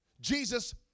Jesus